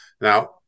Now